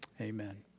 Amen